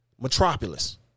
Metropolis